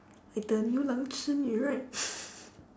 like the 牛郎织女 right